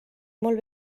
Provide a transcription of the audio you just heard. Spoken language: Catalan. molt